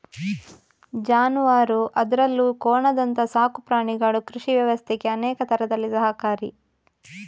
ಜಾನುವಾರು ಅದ್ರಲ್ಲೂ ಕೋಣದಂತ ಸಾಕು ಪ್ರಾಣಿಗಳು ಕೃಷಿ ವ್ಯವಸ್ಥೆಗೆ ಅನೇಕ ತರದಲ್ಲಿ ಸಹಕಾರಿ